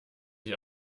ich